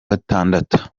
gatandatu